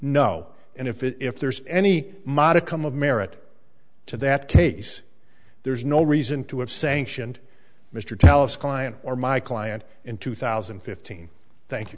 no and if if there's any modicum of merit to that case there's no reason to have sanctioned mr jealous client or my client in two thousand and fifteen thank